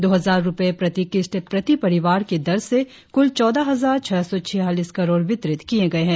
दो हजार रुपये प्रति किस्त प्रति परिवार की दर से कुल चौदह हजार छह सौ छियालीस करोड़ वितरित किए गए हैं